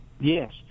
Yes